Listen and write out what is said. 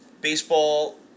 baseball